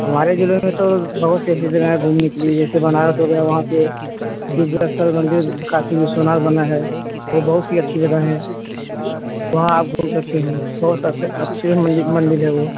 हमारे ज़िले में तो बहुत सी ऐसी जगहें हैं घूमने के लिए जैसे बनारस हो गया वहाँ पर दिव्यअस्त्र मंदिर काशी विश्वनाथ बना है वह बहुत ही अच्छी जगह है वहाँ आप घूम सकतें हैं वहाँ सबसे अच्छे मंदिर हैं वह